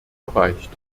erreicht